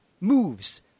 moves